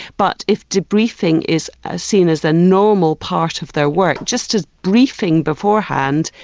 but if debriefing is ah seen as a normal part of their work, just a briefing beforehand,